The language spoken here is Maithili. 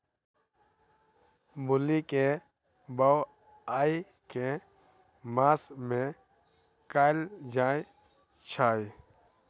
मूली केँ बोआई केँ मास मे कैल जाएँ छैय?